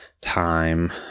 time